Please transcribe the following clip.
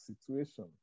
situation